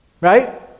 right